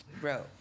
bro